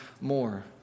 more